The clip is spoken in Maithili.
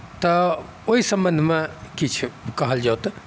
तऽ ओहि सम्बन्धमे किछु कहल जाउ तऽ